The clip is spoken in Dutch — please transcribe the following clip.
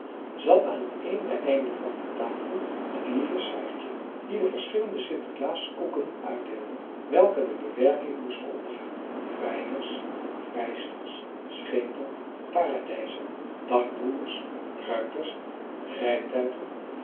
zat aan het eene einde van de tafel het lieve saartje die de verschillende sinterklaaskoeken uitdeelde welke de bewerking moesten ondergaan vrijers vrijsters schepen paradijzen dagbroers ruiters rijtuigen